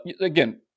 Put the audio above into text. again